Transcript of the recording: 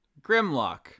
Grimlock